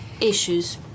issues